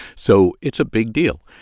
so it's a big deal.